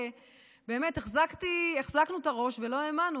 ובאמת החזקנו את הראש ולא האמנו.